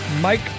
Mike